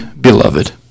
beloved